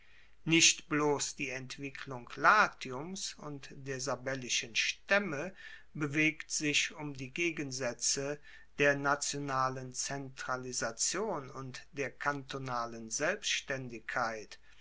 nicht bloss die entwicklung latiums und der sabellischen staemme bewegt sich um die gegensaetze der nationalen zentralisation und der kantonalen selbstaendigkeit